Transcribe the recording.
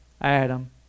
Adam